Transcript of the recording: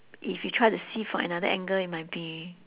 if you try to see from another angle it might be